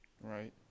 right